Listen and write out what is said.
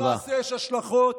שלכל מעשה יש השלכות.